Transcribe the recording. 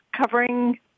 covering